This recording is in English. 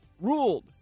ruled